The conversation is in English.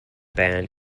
band